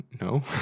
No